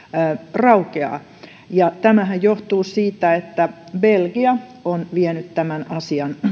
raukeaa tämähän johtuu siitä että belgia on vienyt tämän asian